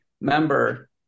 member